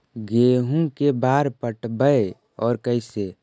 गेहूं के बार पटैबए और कैसे?